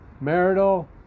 marital